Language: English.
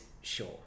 Sure